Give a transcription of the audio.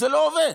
זה לא עובד.